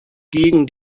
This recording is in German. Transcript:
gegen